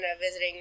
visiting